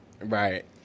Right